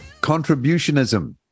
Contributionism